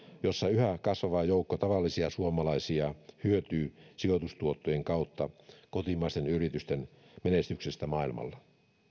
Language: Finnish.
jossa yhä kasvava joukko tavallisia suomalaisia hyötyy sijoitustuottojen kautta kotimaisten yritysten menestyksestä maailmalla